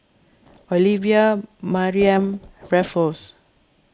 Olivia Mariamne Raffles